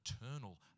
eternal